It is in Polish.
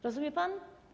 Rozumie pan?